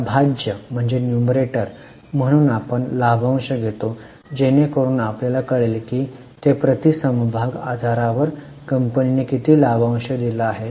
आता भाज्य म्हणून आपण लाभांश घेतो जेणेकरुन आपल्याला कळेल की प्रति समभाग आधारावर कंपनीने किती लाभांश दिला आहे